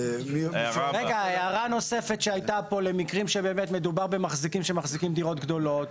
הערה נוספת שהייתה למקרים של מחזיקי דירות גדולות,